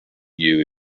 you